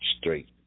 straight